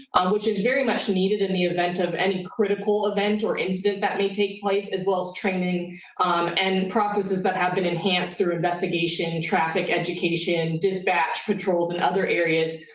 which is very much needed in the event of any critical event or instance that may take place as well as training and processes that have been enhanced through investigation, traffic education, dispatch, patrols and other areas,